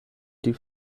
die